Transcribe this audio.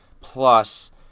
plus